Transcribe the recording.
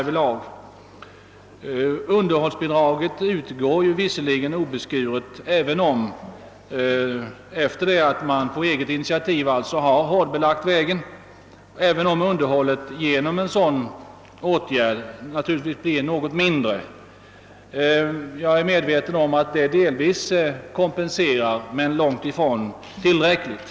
Visserligen utgår underhållsbidraget obeskuret även efter det att. någon på eget initiativ hårdbelagt vägen, och därmed gjort underhållskostnaderna något mindre — jag är medveten om att detta underhållsbidrag är en kompensation — men det är långtifrån tillräckligt.